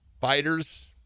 Fighters